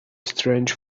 strange